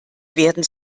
werden